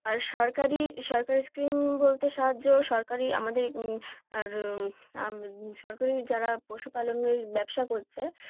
আর সরকারি সরকারি স্কিম বলতে সাহায্য সরকারি আমাদের আর আম সরকারি যারা পশুপালনের ব্যবসা করছে